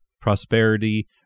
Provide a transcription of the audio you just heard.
prosperity